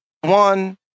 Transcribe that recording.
One